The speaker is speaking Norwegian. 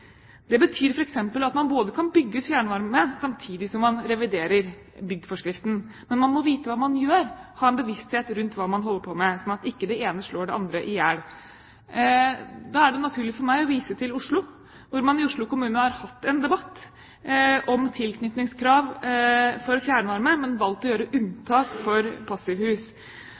Det betyr f.eks. at man kan bygge ut fjernvarme samtidig som man reviderer byggforskriften. Men man må vite hva man gjør, ha en bevissthet rundt hva man holder på med, slik at ikke det ene slår det andre i hjel. Da er det naturlig for meg å vise til Oslo. I Oslo kommune har man hatt en debatt om tilknytningskrav for fjernvarme, men valgt å gjøre unntak for